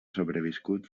sobreviscut